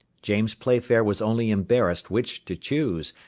james playfair was only embarrassed which to choose,